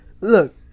look